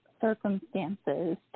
circumstances